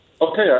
Okay